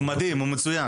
עדיין לא קיבלנו תשובה.